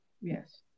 Yes